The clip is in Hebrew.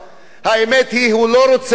האמת היא שהוא לא רוצה שהערבים,